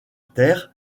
terre